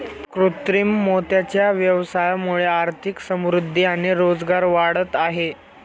कृत्रिम मोत्यांच्या व्यवसायामुळे आर्थिक समृद्धि आणि रोजगार वाढत आहे